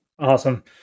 awesome